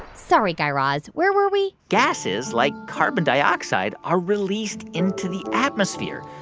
sorry, guy raz. where were we? gases like carbon dioxide are released into the atmosphere.